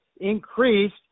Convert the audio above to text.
increased